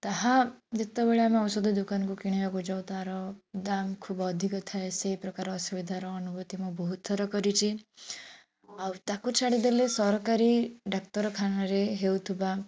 ତାହା ଯେତେବେଳେ ଆମେ ଔଷଧ ଦୋକାନକୁ କିଣିବାକୁ ଯାଉ ତାହାର ଦାମ ଖୁବ ଅଧିକ ଥାଏ ସେହି ପ୍ରକାର ଅସୁବିଧାର ଅନୁଭୁତି ମୁଁ ବହୁତଥର କରିଛି ଆଉ ତାକୁ ଛାଡ଼ିଦେଲେ ସରକାରୀ ଡାକ୍ତରଖାନାରେ ହେଉଥିବା